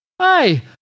Hi